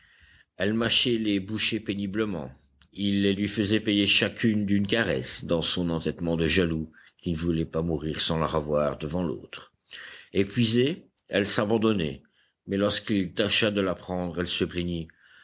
elle mâchait les bouchées péniblement il les lui faisait payer chacune d'une caresse dans son entêtement de jaloux qui ne voulait pas mourir sans la ravoir devant l'autre épuisée elle s'abandonnait mais lorsqu'il tâcha de la prendre elle se plaignit